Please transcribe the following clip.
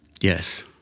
Yes